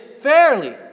fairly